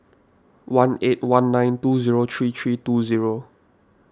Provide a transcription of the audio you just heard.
one eight one nine two zero three three two zero